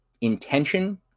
intention